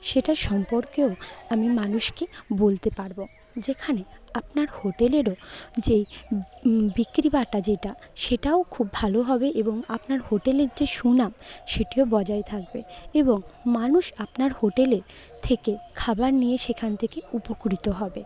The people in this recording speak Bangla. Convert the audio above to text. সেটা সম্পর্কেও আমি মানুষকে বলতে পারব যেখানে আপনার হোটেলেরও যে বিক্রিবাটা যেটা সেটাও খুব ভালো হবে এবং আপনার হোটেলের যে সুনাম সেটিও বজায় থাকবে এবং মানুষ আপনার হোটেলে থেকে খাবার নিয়ে সেখান থেকে উপকৃত হবে